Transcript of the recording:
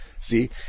See